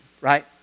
right